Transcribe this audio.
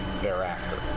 thereafter